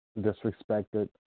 disrespected